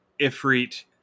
Ifrit